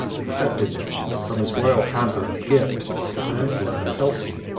accepted from his royal convert the gift of the vpeninsula of selsey,